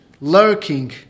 lurking